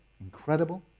incredible